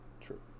True